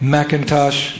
Macintosh